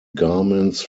garments